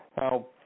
Now